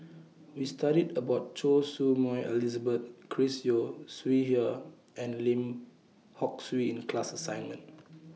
We studied about Choy Su Moi Elizabeth Chris Yeo Siew Hua and Lim Hock Siew in class assignment